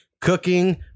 cooking